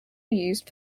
used